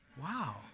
Wow